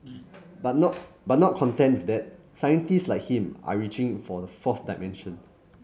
but not but not content with that scientists like him are reaching for the fourth dimension